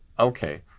Okay